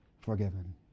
forgiven